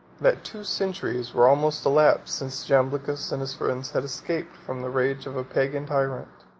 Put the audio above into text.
that two centuries were almost elapsed since jamblichus and his friends had escaped from the rage of a pagan tyrant.